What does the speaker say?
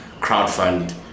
crowdfund